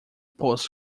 post